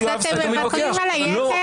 אתם מוותרים על היתר?